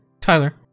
Tyler